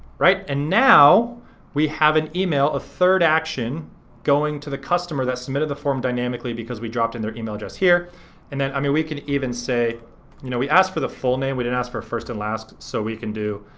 right? and now we have an email, a third action going to the customer that submitted the form dynamically because we dropped in their email address right here and the, i mean, we could even say you know we asked for the full name, we didn't ask for a first and last. so we can do